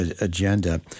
agenda